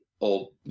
old